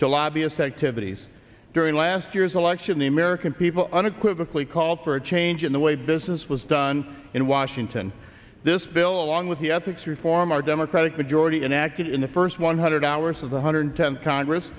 to lobbyist activities during last year's election the american people unequivocal a call for a change in the way business was done in washington this bill along with the ethics reform our democratic majority enacted in the first one hundred hours of the hundred tenth congress